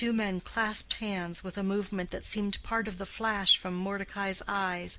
the two men clasped hands with a movement that seemed part of the flash from mordecai's eyes,